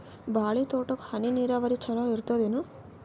ಬಾಳಿ ತೋಟಕ್ಕ ಹನಿ ನೀರಾವರಿ ಚಲೋ ಇರತದೇನು?